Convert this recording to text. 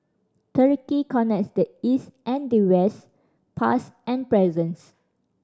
Turkey connects the East and the West past and presents